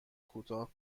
کوتاه